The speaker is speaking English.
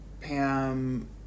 Pam